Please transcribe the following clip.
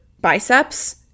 biceps